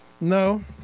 No